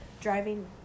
Driving